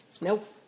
Nope